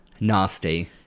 Nasty